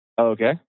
Okay